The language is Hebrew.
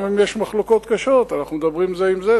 גם אם יש מחלוקות קשות, אנחנו מדברים זה עם זה.